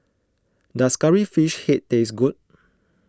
does Curry Fish Head taste good